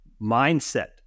Mindset